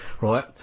Right